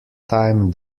time